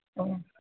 oh